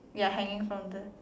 ya hanging from the